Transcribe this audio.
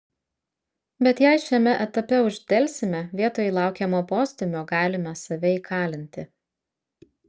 bet jei šiame etape uždelsime vietoj laukiamo postūmio galime save įkalinti